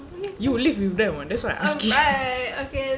you live with them [what] that's why I'm asking you